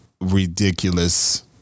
Ridiculous